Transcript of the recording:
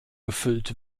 gefüllt